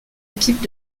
équipe